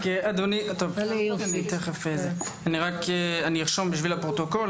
אני אומר בשביל הפרוטוקול,